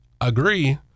agree